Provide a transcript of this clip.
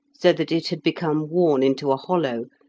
so that it had become worn into a hollow,